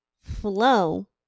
flow